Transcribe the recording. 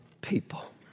people